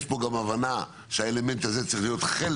יש פה גם הבנה שהאלמנט הזה צריך להיות חלק